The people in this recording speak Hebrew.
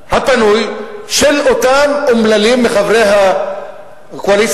ולזמנם הפנוי של אותם אומללים מחברי הקואליציה